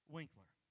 Winkler